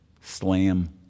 Slam